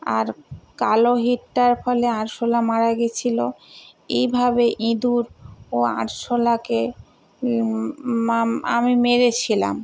আর কালো হিটটার ফলে আরশোলা মারা গেছিলো এইভাবে ইঁদুর ও আরশোলাকে মাম্ আমি মেরেছিলাম